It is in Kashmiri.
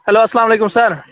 ہیٚلو اَسلام علیکُم سَر